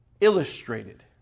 illustrated